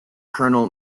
colonel